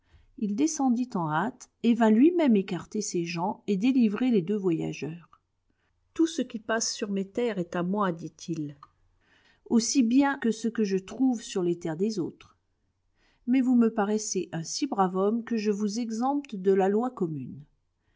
il descendit en hâte et vint lui-même écarter ses gens et délivrer les deux voyageurs tout ce qui passe sur mes terres est à moi dit-il aussi bien que ce que je trouve sur les terres des autres mais vous me paraissez un si brave homme que je vous exempte de la loi commune